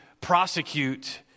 prosecute